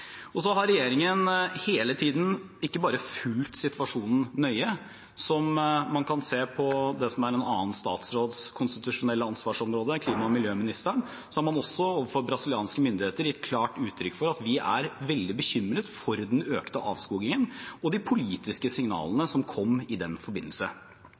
har hele tiden ikke bare fulgt situasjonen nøye – som man kan se på det som er en annen statsråds konstitusjonelle ansvarsområde, klima- og miljøministerens – man har også overfor brasilianske myndigheter gitt klart uttrykk for at vi er veldig bekymret for den økte avskogingen og de politiske signalene som kom i den forbindelse.